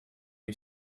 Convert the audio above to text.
you